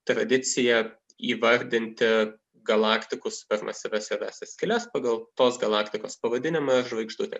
tradicija įvardinti galaktikos juodasias skyles pagal tos galaktikos pavadinimą ir žvaigždutė